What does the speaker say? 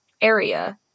area